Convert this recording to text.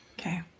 Okay